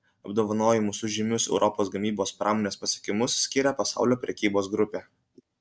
apdovanojimus už žymius europos gamybos pramonės pasiekimus skiria pasaulio prekybos grupė